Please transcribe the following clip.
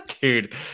Dude